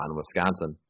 Wisconsin